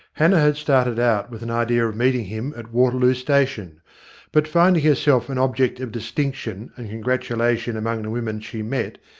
hannah had started out with an idea of meeting him at waterloo station but, finding herself an object of dis tinction and congratulation among the women she met,